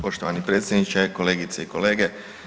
Poštovani predsjedniče, kolegice i kolege.